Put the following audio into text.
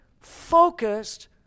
focused